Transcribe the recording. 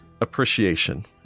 appreciation